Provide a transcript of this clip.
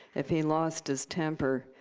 if he lost his temper,